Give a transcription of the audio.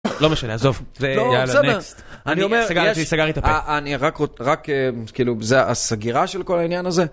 לא משנה, עזוב, זה, יאללה, נקסט. זה סגר לי את הפה. אני רק, כאילו, זה הסגירה של כל העניין הזה.